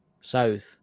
south